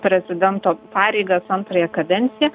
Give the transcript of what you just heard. prezidento pareigas antrąją kadenciją